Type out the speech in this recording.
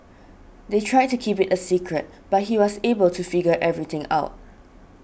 they tried to keep it a secret but he was able to figure everything out